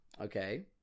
Okay